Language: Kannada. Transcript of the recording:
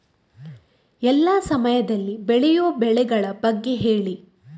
ಎಲ್ಲಾ ಸಮಯದಲ್ಲಿ ಬೆಳೆಯುವ ಬೆಳೆಗಳ ಬಗ್ಗೆ ಹೇಳಿ